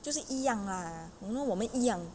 就是一样 lah you know 我们一样